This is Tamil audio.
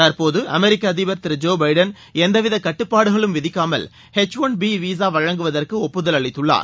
தற்போது அமெரிக்க அதிபர் திரு ஜோ பைடன் எந்தவித கட்டுப்பாடுகளும் விதிக்காமல் எச் ஒன் பி விசா வழங்குவதற்கு ஒப்புதல் அளித்துள்ளார்